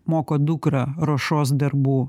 moko dukrą ruošos darbų